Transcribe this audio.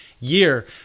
year